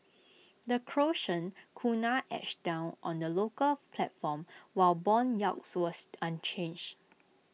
the Croatian Kuna edged down on the local platform while Bond yields were unchanged